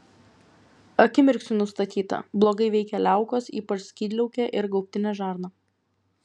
akimirksniu nustatyta blogai veikia liaukos ypač skydliaukė ir gaubtinė žarna